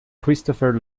christopher